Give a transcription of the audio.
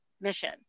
mission